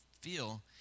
feel